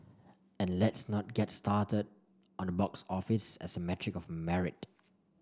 and let's not get started on the box office as a metric of merit